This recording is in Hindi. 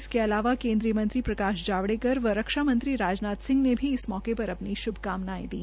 इसके अलावा केन्द्रीय मंत्री प्रकाश जावड़ेकर व रक्षा मंत्री राजनाथ सिंह ने भी इस मौके पर अपनी शुभकामनायें दी